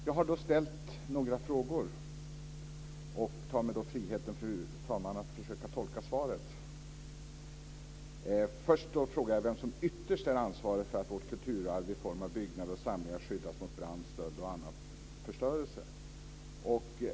Jag har då ställt några frågor och tar mig friheten, fru talman, att försöka tolka svaret. Först frågar jag vem som ytterst är ansvarig för att vårt kulturarv i form av byggnader och samlingar skyddas mot brand, stöld och annan förstörelse.